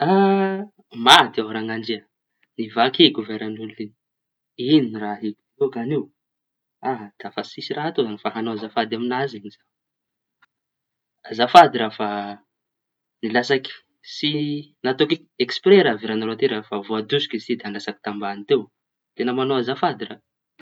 Ha maty aho rañandria nivaky verañ'olo iñy. Ino ary ny raha ahiako an'io? Aha, da fa tsisy raha koa ty fa hañao azafady amiñazy e zaho. Azafady raha fa nilatsaky tsy nataoko eksipirey raha verañao ty. Fa voatosiky izy io da latsaky tambañy tao; teña mañao azafady raha.